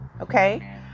Okay